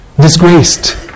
disgraced